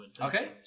Okay